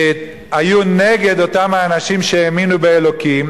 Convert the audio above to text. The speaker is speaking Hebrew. היו נגד האנשים שהאמינו באלוקים,